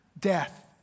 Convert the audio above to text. death